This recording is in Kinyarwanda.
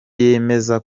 yemeza